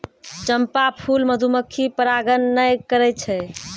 चंपा फूल मधुमक्खी परागण नै करै छै